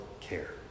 care